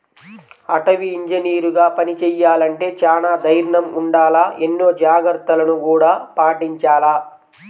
అటవీ ఇంజనీరుగా పని చెయ్యాలంటే చానా దైర్నం ఉండాల, ఎన్నో జాగర్తలను గూడా పాటించాల